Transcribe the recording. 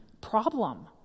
problem